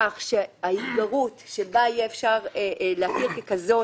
כך שההתגרות שבה יהיה אפשר להכיר ככזו